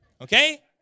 okay